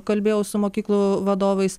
kalbėjau su mokyklų vadovais